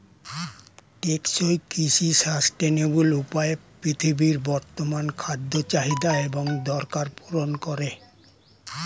টেকসই কৃষি সাস্টেইনেবল উপায়ে পৃথিবীর বর্তমান খাদ্য চাহিদা এবং দরকার পূরণ করে